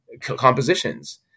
compositions